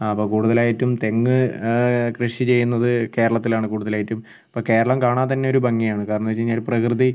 ആ അപ്പോൾ കൂടുതലായിട്ടും തെങ്ങ് കൃഷി ചെയ്യുന്നത് കേരളത്തിലാണ് കൂടുതലായിട്ടും അപ്പോൾ കേരളം കാണാൻ തന്നെ ഒരു ഭംഗിയാണ് കാരണമെന്താന്നു വെച്ച് കഴിഞ്ഞാൽ പ്രകൃതി